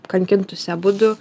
kankintųsi abudu